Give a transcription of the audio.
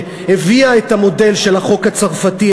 שהביאה את המודל של החוק הצרפתי,